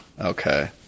okay